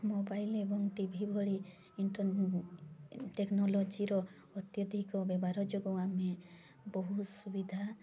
mobile ଏବଂ T V ଭଳି ଟେକ୍ନୋଲୋଜିର ଅତ୍ୟଧିକ ବ୍ୟବହାର ଯୋଗୁ ଆମେ ବହୁତ ସୁବିଧା